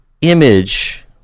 image